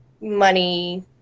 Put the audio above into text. money